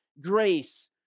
grace